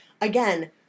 again